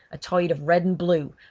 a tide of red and blue,